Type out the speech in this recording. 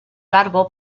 largo